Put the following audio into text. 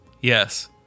Yes